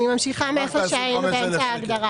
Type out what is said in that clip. אני ממשיכה איפה שהיינו, באמצע ההגדרה.